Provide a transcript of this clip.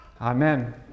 Amen